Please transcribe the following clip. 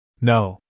No